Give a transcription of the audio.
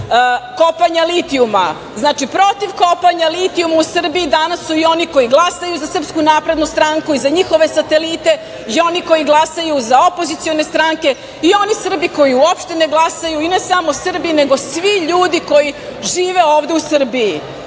kopanja litijuma. Znači, protiv kopanja litijuma u Srbiji danas su i oni koji glasaju za SNS i za njihove satelite, i oni koji glasaju za opozicione stranke, i oni Srbi koji uopšte ne glasaju, i ne samo Srbi, nego svi ljudi koji žive ovde u